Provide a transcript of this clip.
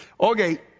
Okay